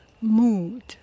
mood